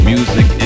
Music